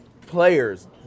players